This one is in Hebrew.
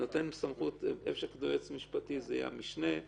שנותן סמכות איפה שכתוב היועץ המשפטי יהיה המשנה,